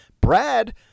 Brad